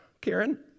Karen